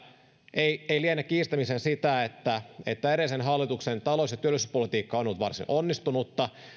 ei ei liene kiistäminen sitä että että edellisen hallituksen talous ja työllisyyspolitiikka on ollut varsin onnistunutta